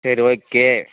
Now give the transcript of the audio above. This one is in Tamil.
சரி ஓகே